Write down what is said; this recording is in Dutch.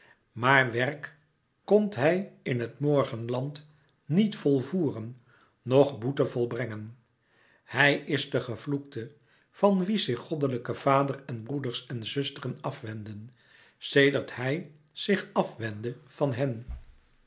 maar werk komt hij in het morgenland niet volvoeren noch boete volbrengen hij is de gevloekte van wien zich goddelijke vader en broeders en zusteren àf wendden sedert hij zich af wendde van hen